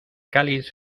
cáliz